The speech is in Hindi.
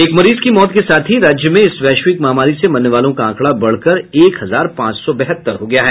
एक मरीज की मौत के साथ ही राज्य में इस वैश्विक महामारी से मरने वालों का आंकड़ा बढ़कर एक हजार पांच सौ बहत्तर हो गया है